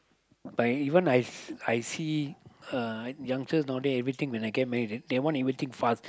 but even I I see uh youngster now day everything when I get married they they want everything fast